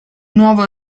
nuovo